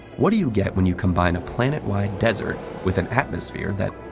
what do you get when you combine a planet-wide desert with an atmosphere that,